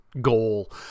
goal